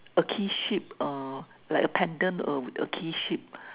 a key shape uh like a pendant uh with a key shape